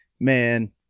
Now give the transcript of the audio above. man